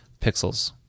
pixels